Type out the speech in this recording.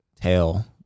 tail